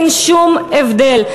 אין שום הבדל.